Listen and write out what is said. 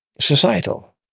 societal